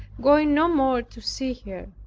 going no more to see her.